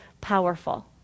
powerful